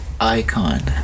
icon